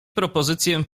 propozycję